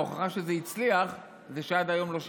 ההוכחה שזה הצליח זה שעד היום לא שינו.